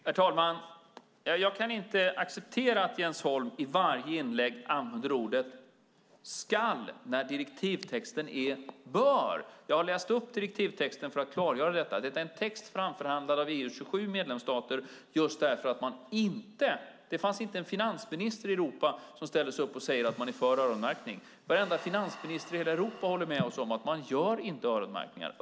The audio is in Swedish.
Herr talman! Jag kan inte acceptera att Jens Holm i varje inlägg använder ordet skall när direktivtexten är bör . Jag har läst upp direktivtexten för att klargöra detta. Detta är en text framförhandlad av EU:s 27 medlemsstater. Det finns inte en finansminister i Europa som säger sig vara för en öronmärkning. Varenda finansminister i Europa håller med om att man inte gör öronmärkningar.